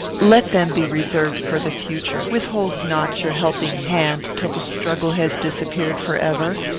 let them be reserved for the future. withhold not your helping hand till the struggle has disappeared forever.